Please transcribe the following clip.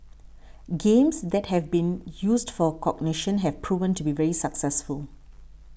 games that have been used for cognition have proven to be very successful